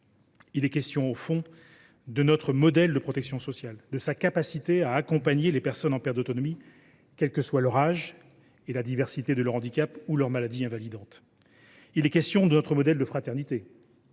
il est question, au fond, de notre modèle de protection sociale, de sa capacité à accompagner les personnes en perte d’autonomie, quels que soient leur âge et la diversité de leur handicap ou de leur maladie invalidante. Il est question de notre modèle de fraternité,